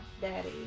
daddy